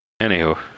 Anywho